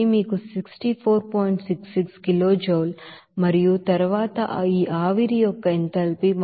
66 kilo joule మరియు తరువాత ఈ ఆవిరి యొక్క ఎంథాల్పీ 199